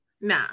Nah